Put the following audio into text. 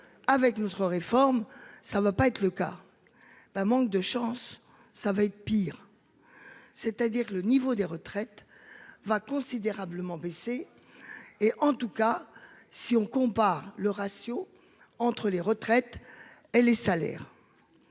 Avec notre réforme ça va pas être le cas. D'un manque de chance, ça va être pire. C'est-à-dire le niveau des retraites. Va considérablement baissé et en tout cas si on compare le ratio entre les retraites et les salaires.